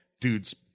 dudes